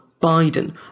Biden